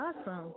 awesome